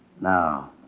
Now